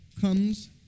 comes